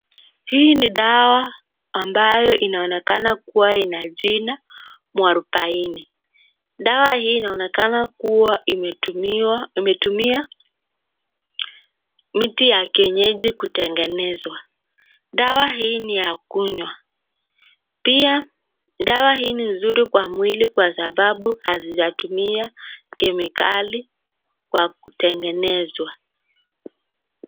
Hii ni dawa ambayo inaonekana kuwa ina jina mwarobaini. Dawa hii inaonekana kuwa imetumia miti ya kienyeji kutengenezwa. Dawa hii ni ya kunywa. Pia, dawa hii ni nzuri kwa mwili kwa sababu hazijatumia kemikali kwa kutengenezwa.